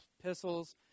Epistles